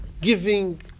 giving